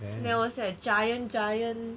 and then I was like a giant giant